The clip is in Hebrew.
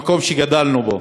למקום שגדלנו בו.